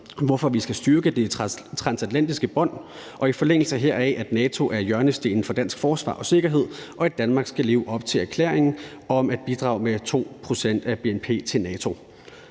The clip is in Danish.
hvorfor vi skal styrke det transatlantiske bånd, og i forlængelse heraf at NATO er hjørnestenen for dansk forsvar og sikkerhed, og at Danmark skal leve op til erklæringen om at bidrage med 2 pct. af bnp til NATO.